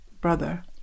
brother